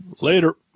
Later